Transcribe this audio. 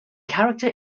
character